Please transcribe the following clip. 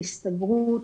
הסתברות,